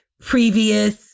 previous